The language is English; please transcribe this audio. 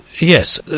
Yes